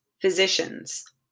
physicians